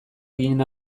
ginen